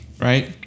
Right